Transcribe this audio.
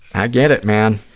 i get it, man.